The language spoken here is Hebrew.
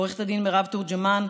עו"ד מירב תורג'מן,